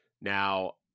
Now